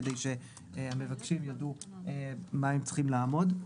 כדי שהמבקשים ידעו במה הם צריכים לעמוד.